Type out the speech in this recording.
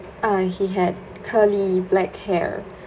uh he had curly black hair